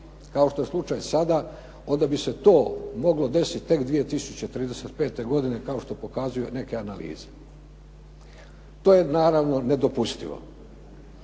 kao što je slučaj sada onda bi se to moglo desiti tek 2035. godine kao što pokazuju neke analize. To je naravno nedopustivo.